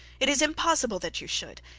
it is impossible that you should.